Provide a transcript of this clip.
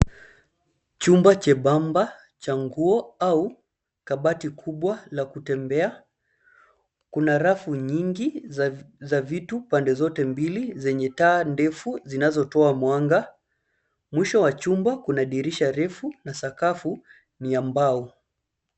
Chumba chembamba cha nguo au kabati kubwa la kutembea. Kuna rafu nyingi za vitu pande zote mbili zenye taa ndefu zinazotoa mwanga. Mwisho wa chumba kuna dirisha ndefu na sakafu ni ya mbao.